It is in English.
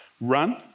run